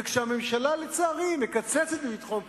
כשהממשלה, לצערי, מקצצת בביטחון הפנים,